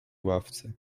ławce